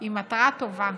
היא מטרה טובה,